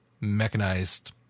mechanized